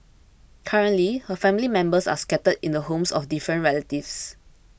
currently her family members are scattered in the homes of different relatives